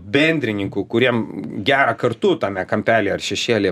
bendrininkų kuriem gera kartu tame kampelyje ar šešėlyje